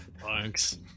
Thanks